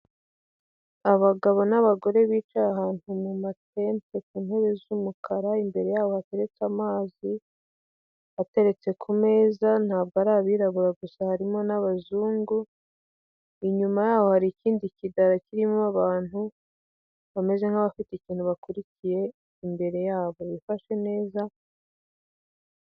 Abagabo n'abagore bicaye ahantu mu matente ku ntebe z'umukara imbere yabo hateretse amazi, ateretse ku meza. Ntabwo ari abirabura gusa harimo n'abazungu, inyuma yaho hari ikindi kidara kirimo abantu bameze nk'abafite ikintu bakurikiye imbere yabo bifashwe neza.